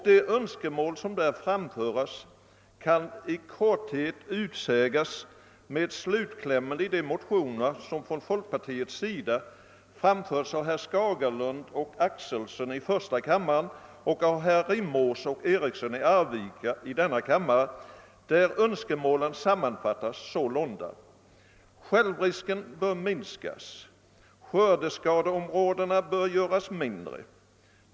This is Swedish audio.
De önskemål som däri framförs kan i korthet utsägas med slutklämmen i de motioner som från folkpartiets sida framförts av herrar Skagerlund och Axelson i första kammaren samt av herrar Rimås och Eriksson i Arvika i denna kammare. Önskemålen sammanfattas sålunda: Självrisken bör minskas. Skördeskadeområdena bör göras mindre.